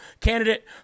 candidate